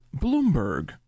Bloomberg